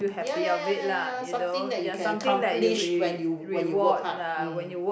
ya ya ya ya ya something that you can accomplish when you when you work hard mm